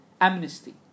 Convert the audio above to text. amnesty